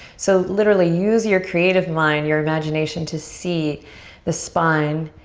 so literally use your creative mind, your imagination to see the spine,